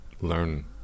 learn